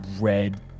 red